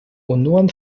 unuan